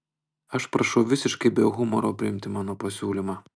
aš prašau visiškai be humoro priimti mano pasiūlymą